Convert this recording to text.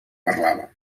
parlava